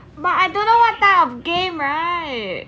but I don't know what type of game right